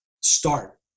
start